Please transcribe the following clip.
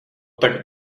tak